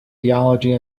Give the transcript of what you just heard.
theology